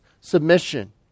submission